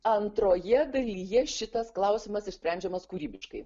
antroje dalyje šitas klausimas išsprendžiamas kūrybiškai